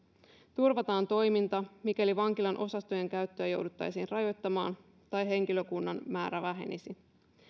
turvataan toiminta mikäli vankilan osastojen käyttöä jouduttaisiin rajoittamaan tai henkilökunnan määrä vähenisi